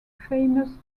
famous